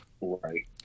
right